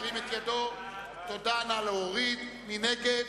מי נגד?